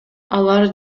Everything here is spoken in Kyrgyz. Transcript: алар